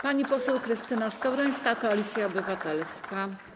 Pani poseł Krystyna Skowrońska, Koalicja Obywatelska.